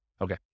Okay